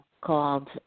called